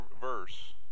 verse